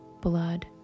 blood